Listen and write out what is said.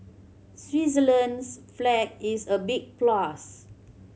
Switzerland's flag is a big plus